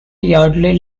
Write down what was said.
yardley